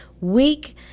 week